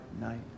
night